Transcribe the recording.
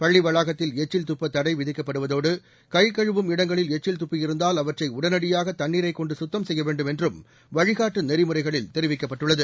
பள்ளி வளாகத்தில் எச்சில் துப்ப தடை விதிக்கப்படுவதோடு கைகழுவும் இடங்களில் எச்சில் துப்பியிருந்தால் அவற்றை உடனடியாக தண்ணீரைக் கொண்டு குத்தம் செய்ய வேண்டும் என்றும் வழிகாட்டு நெறிமுறைகளில் தெரிவிக்கப்பட்டுள்ளது